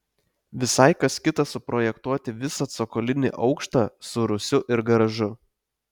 visai kas kita suprojektuoti visą cokolinį aukštą su rūsiu ir garažu